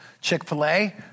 Chick-fil-A